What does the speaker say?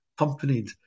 accompanied